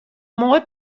moai